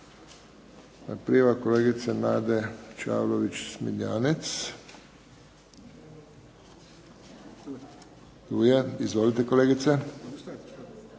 Prijava kolegice Nade Čavlović Smiljanec. Tu je. Izvolite kolegice.